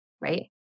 right